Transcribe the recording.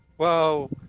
well